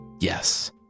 Yes